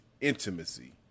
intimacy